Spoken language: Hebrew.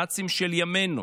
הנאצים של ימינו,